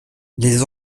les